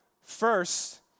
First